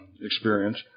experience